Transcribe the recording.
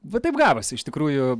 va taip gavosi iš tikrųjų